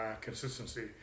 consistency